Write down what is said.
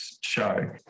show